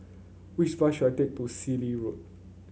which bus should I take to Cecil Road